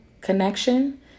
connection